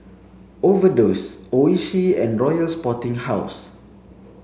overdose Oishi and Royal Sporting House